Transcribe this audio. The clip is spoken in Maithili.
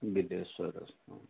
बिदेश्वर स्थान